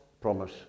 promise